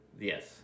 Yes